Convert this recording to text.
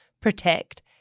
protect